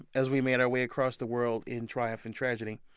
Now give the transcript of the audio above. as we made our way across the world in triumph and tragedy,